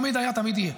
תמיד היה, תמיד יהיה.